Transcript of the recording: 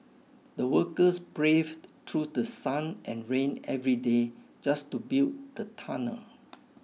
the workers braved through the sun and rain every day just to build the tunnel